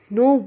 no